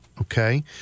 Okay